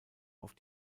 auf